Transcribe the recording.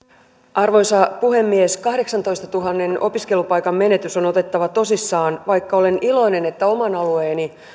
arvoisa puhemies kahdeksantoistatuhannen opiskelupaikan menetys on otettava tosissaan kuitenkin olen iloinen että oman alueeni